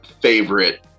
favorite